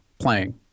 playing